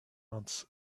ants